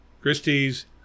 Christie's